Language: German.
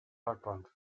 parkbank